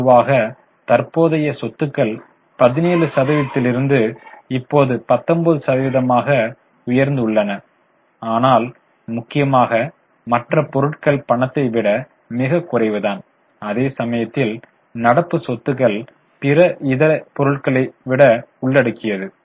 பொதுவாக தற்போதைய சொத்துக்கள் 17 சதவிதத்திலிருந்து இப்போது 19 சதவிகிதமாக உயர்ந்துள்ளன ஆனால் முக்கியமாக மற்ற பொருட்கள் பணத்தை விட மிகச் குறைவுதான் அதேசமயத்தில் நடப்பு சொத்துகள் பிற இதர பொருட்களை உள்ளடக்கியது